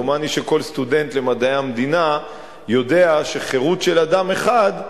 דומני שכל סטודנט למדעי המדינה יודע שחירות של אדם אחד,